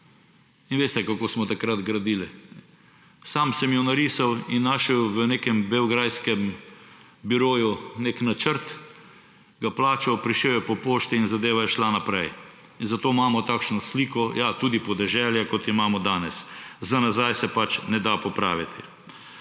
In veste, kako smo takrat gradili. Sam sem jo narisal in našel v nekem beograjskem biroju nek načrt, ga plačal, prišel je po pošti in zadeva je šla naprej. Zato imamo takšno sliko, ja, tudi podeželja, kot jo imamo danes. Za nazaj se pač ne da popraviti.